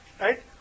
right